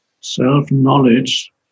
self-knowledge